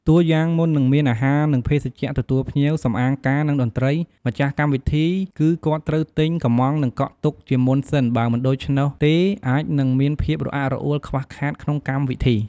តួយ៉ាងមុននឹងមានអាហារនិង ភេសជ្ជៈទទួលភ្ញៀវ សំអាងការ និងតន្ត្រី ម្ចាស់កម្មវិធីគឺគាត់ត្រូវ ទិញ កម្មង់និងកក់ទុកជាមុនសិន បើមិនដូច្នោះទេអាចនឹងមានភាពរអាក់រអួលខ្វះខាតក្នុងកម្មវិធី។